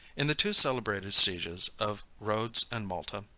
in the two celebrated sieges of rhodes and malta,